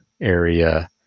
area